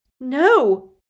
No